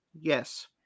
Yes